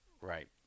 Right